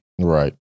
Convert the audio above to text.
Right